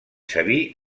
sabí